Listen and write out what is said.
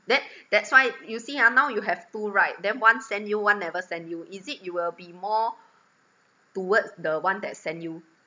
that that's why you see ah now you have two right then one send you one never send you is it you will be more towards the one that send you